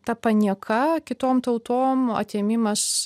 ta panieka kitom tautom atėmimas